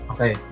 Okay